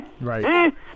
Right